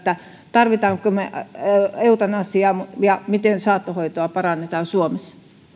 tarvitsemmeko me eutanasiaa ja miten saattohoitoa parannetaan suomessa